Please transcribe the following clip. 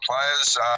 players